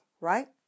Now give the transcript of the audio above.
right